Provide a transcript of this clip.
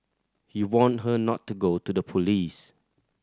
he warned her not to go to the police